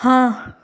हाँ